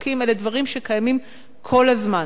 אלה דברים שקיימים כל הזמן.